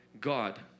God